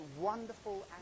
wonderful